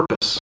purpose